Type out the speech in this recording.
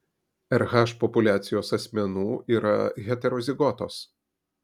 rh populiacijos asmenų yra heterozigotos